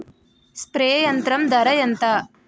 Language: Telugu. స్ప్రే యంత్రం ధర ఏంతా?